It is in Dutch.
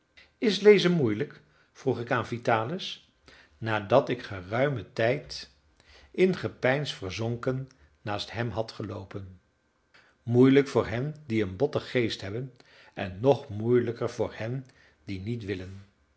is lezen moeielijk vroeg ik aan vitalis nadat ik geruimen tijd in gepeins verzonken naast hem had geloopen moeielijk voor hen die een botten geest hebben en nog moeielijker voor hen die niet willen